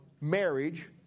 marriage